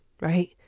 right